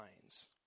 minds